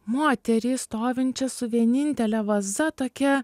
moterį stovinčią su vienintele vaza tokia